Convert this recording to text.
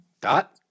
Dot